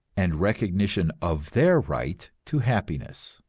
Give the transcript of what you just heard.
and recognition of their right to happiness.